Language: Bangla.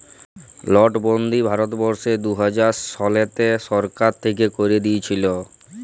লটবল্দি ভারতবর্ষে দু হাজার শলতে সরকার থ্যাইকে ক্যাইরে দিঁইয়েছিল